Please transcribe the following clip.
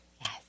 Yes